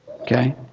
Okay